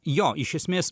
jo iš esmės